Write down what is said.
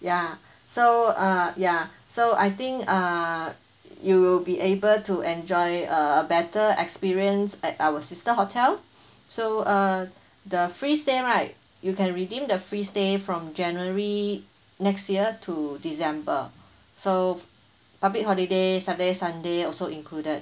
yeah so uh yeah so I think uh you will be able to enjoy uh a better experience at our sister hotel so uh the free stay right you can redeem the free stay from january next year to december so public holiday saturday sunday also included